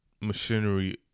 machinery